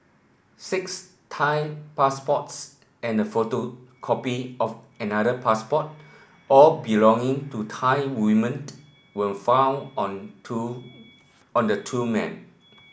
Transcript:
Six Thai passports and a photocopy of another passport all belonging to Thai women were found on two on the two men